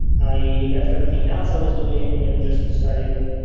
i left everything else i was doing and just studying,